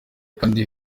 kandi